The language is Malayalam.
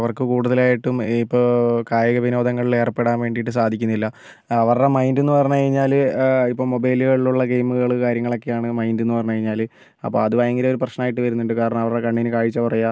അവർക്ക് കൂടുതലായിട്ടും ഇപ്പോൾ കായിക വിനോദങ്ങളില് ഏർപ്പെടാൻ വേണ്ടിയിട്ട് സാധിക്കുന്നില്ല അവരുടെ മൈൻഡ് എന്ന് പറഞ്ഞു കഴിഞ്ഞാല് ഇപ്പം മൊബൈലുകളിൽ ഉള്ള ഗെയിംമുകൾ കാര്യങ്ങളൊക്കെയാണ് മൈൻഡ് എന്ന് പറഞ്ഞു കഴിഞ്ഞാല് അപ്പം അത് ഭയങ്കര ഒരു പ്രശ്നമായിട്ട് വരുന്നുണ്ട് കാരണം അവരുടെ കണ്ണിന് കാഴ്ച കുറയുക